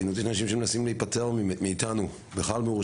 שמנסים להיפטר מאיתנו בה.